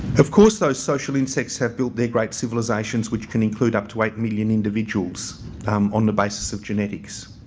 of course, those social insects have built their great civilisations, which can include up to eight million individuals um on the basis of genetics,